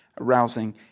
arousing